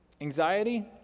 anxiety